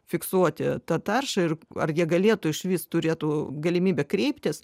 fiksuoti tą taršą ir ar jie galėtų išvis turėtų galimybę kreiptis